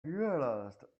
realized